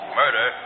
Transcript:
murder